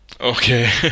Okay